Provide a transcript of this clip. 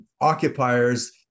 occupiers